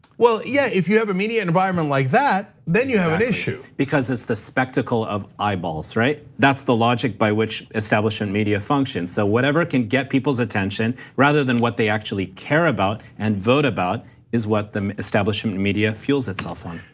well, yeah, if you have a media environment like that, then you have an issue. because it's the spectacle of eyeballs, right? that's the logic by which establishment media functions, so whatever can get people's attention. rather than what they actually care about and vote about is what the establishment media fuels itself on.